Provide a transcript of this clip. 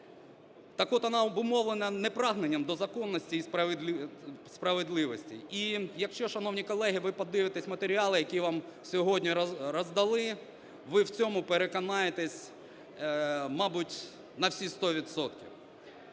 Так-от вона обумовлена не прагненням до законності і справедливості. І, якщо, шановні колеги, ви подивитеся матеріали, які вам сьогодні роздали, ви в цьому переконаєтесь, мабуть, на всі 100